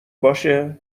باشه